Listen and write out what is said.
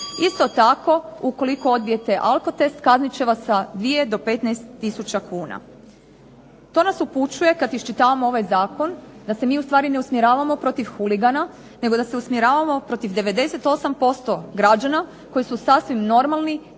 Isto tako, ukoliko odbijete alkotest kaznit će vas sa 2 do 15 tisuća kuna. To nas upućuje, kad iščitavamo ovaj zakon, da se mi ustvari ne usmjeravamo protiv huligana nego da se usmjeravamo protiv 98% građana koji su sasvim normalni, pristojni